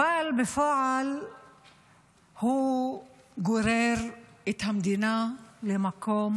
אבל בפועל הוא גורר את המדינה למקום